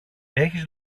έχεις